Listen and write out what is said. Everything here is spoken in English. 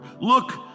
Look